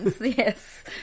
yes